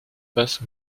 face